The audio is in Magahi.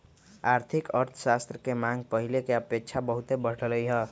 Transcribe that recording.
आर्थिक अर्थशास्त्र के मांग पहिले के अपेक्षा बहुते बढ़लइ ह